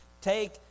take